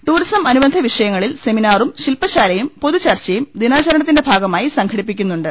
tourism അനു ബന്ധ വിഷയങ്ങളിൽ സെമിനാറും ശിൽപശാലയും പൊതുചർച്ചയും ദിനാചരണത്തിന്റെ ഭാഗമായി സംഘ ടിപ്പിക്കുന്നുണ്ട്